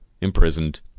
imprisoned